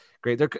great